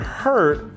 hurt